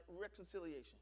reconciliation